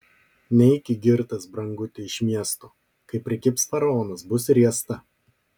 neiki girtas branguti iš miesto kai prikibs faraonas bus riesta